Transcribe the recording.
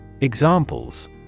Examples